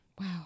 Wow